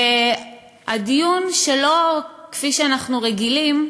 והדיון, שלא כפי שאנחנו רגילים,